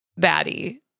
baddie